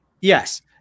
Yes